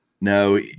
No